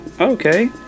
Okay